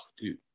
dude